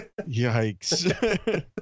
yikes